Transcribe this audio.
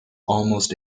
almost